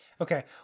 Okay